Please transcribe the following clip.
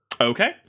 Okay